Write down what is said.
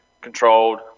controlled